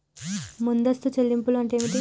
ముందస్తు చెల్లింపులు అంటే ఏమిటి?